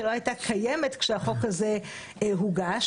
שלא הייתה קיימת כשהחוק הזה הוגש.